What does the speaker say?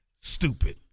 stupid